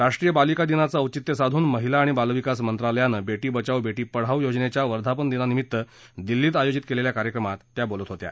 राष्ट्रीय बालिका दिनाचं औचित्य साधून माहिला आणि बालविकास मंत्रालयानं बेटी बचाओ बेटी पढाओ योजनेच्या वर्धापनदिनानिमित्त दिल्लीत आयोजित केलेल्या कार्यक्रमात त्या बोलत होत्या